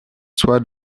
soies